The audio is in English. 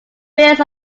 bills